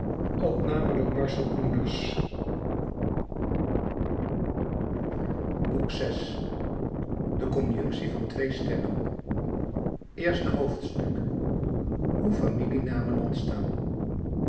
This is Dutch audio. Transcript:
vi de conjunctie van twee sterren i hoe familienamen ontstaan